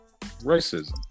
racism